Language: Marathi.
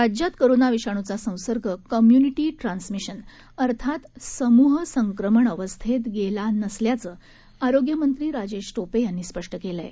राज्यात कोरोना विषाणूचा संसर्ग कम्यूनिटी ट्रान्समिशन अर्थात समूह संक्रमण अवस्थेत गेलेला नसल्याचा आरोग्य मंत्री राजेश टोपे यांनी स्पष्ट केलं आहे